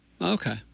Okay